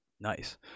nice